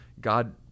God